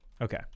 Okay